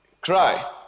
cry